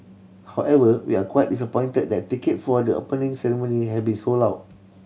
however we're quite disappointed that ticket for the Opening Ceremony have been sold out